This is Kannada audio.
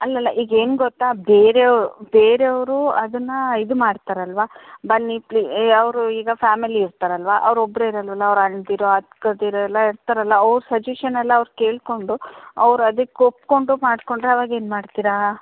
ಅಲ್ಲ ಅಲ್ಲ ಈಗ ಏನು ಗೊತ್ತಾ ಬೇರೇವ್ ಬೇರೆಯವರು ಅದನ್ನು ಇದು ಮಾಡ್ತಾರಲ್ಲವಾ ಬನ್ನಿ ಅವರು ಈಗ ಫ್ಯಾಮಿಲಿ ಇರ್ತಾರಲ್ಲವಾ ಅವ್ರು ಒಬ್ಬರೇ ಇರಲ್ಲವಲ್ಲ ಅವ್ರ ಅಣ್ಣಂದಿರು ಅಕ್ಕಂದಿರು ಎಲ್ಲ ಇರ್ತಾರಲ್ಲ ಅವ್ರ ಸಜೇಷನ್ ಎಲ್ಲ ಅವ್ರು ಕೇಳಿಕೊಂಡು ಅವ್ರು ಅದಕ್ಕೆ ಒಪ್ಪಿಕೊಂಡು ಮಾಡಿಕೊಂಡ್ರೆ ಅವಾಗ ಏನು ಮಾಡ್ತೀರಾ